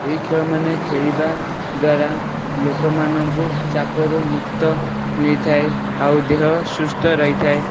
ଏହି ଖେଳ ମାନେ ଖେଳିବା ଦ୍ଵାରା ଲୋକମାନଙ୍କୁ ଚାପରୁ ମୁକ୍ତ ମିଳିଥାଏ ଆଉ ଦେହ ସୁସ୍ଥ ରହିଥାଏ